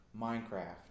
Minecraft